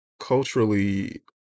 culturally